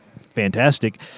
fantastic